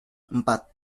empat